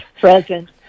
present